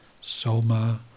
Soma